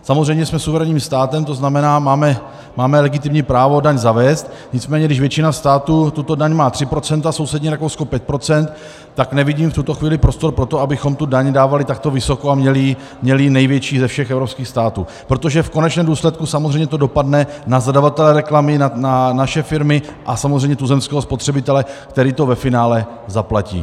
Samozřejmě jsme suverénním státem, to znamená, máme legitimní právo daň zavést, nicméně když většina států tuto daň má 3 %, sousední Rakousko 5 %, tak nevidím v tuto chvíli prostor, abychom tu daň dávali takto vysoko a měli ji největší ze všech evropských států, protože v konečném důsledku samozřejmě to dopadne na zadavatele reklamy, na naše firmy a samozřejmě tuzemského spotřebitele, který to ve finále zaplatí.